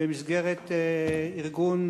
במסגרת ארגון,